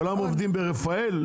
כולם עובדים ברפאל?